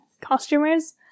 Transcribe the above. costumers